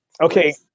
Okay